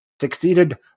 succeeded